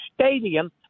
stadium